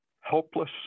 helpless